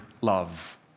love